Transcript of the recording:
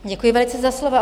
Děkuji velice za slovo.